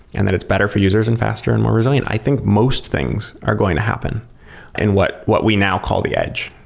and that it's better for users and faster and more resilient. i think most things are going to happen and what what we now call the edge.